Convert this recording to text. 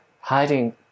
hiding